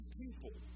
people